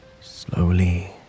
slowly